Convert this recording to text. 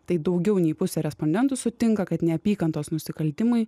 tai daugiau nei pusė respondentų sutinka kad neapykantos nusikaltimai